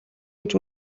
гэж